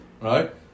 right